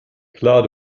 klar